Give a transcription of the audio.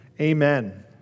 amen